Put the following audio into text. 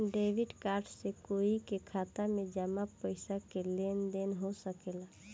debit card से कोई के खाता में जामा पइसा के लेन देन हो सकेला